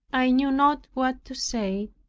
i knew not what to say,